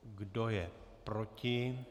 Kdo je proti?